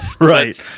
Right